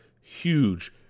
huge